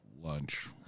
lunch